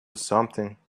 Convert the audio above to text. something